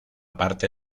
parte